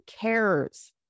cares